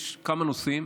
יש כמה נושאים,